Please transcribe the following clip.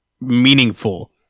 meaningful